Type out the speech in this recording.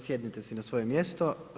Sjednite se na svoje mjesto.